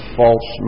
false